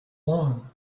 long